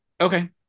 Okay